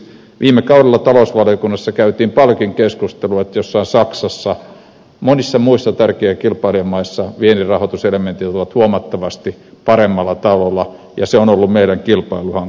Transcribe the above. viime kaudella talousvaliokunnassa käytiin paljonkin keskustelua että jossain saksassa ja monissa muissa tärkeissä kilpailijamaissa viennin rahoituselementit ovat huomattavasti paremmalla tasolla ja se on ollut meille kilpailuhaitta